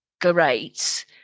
great